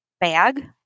bag